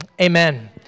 amen